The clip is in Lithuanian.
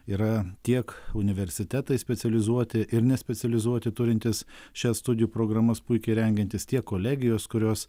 yra tiek universitetai specializuoti ir nespecializuoti turintys šias studijų programas puikiai rengiantys tiek kolegijos kurios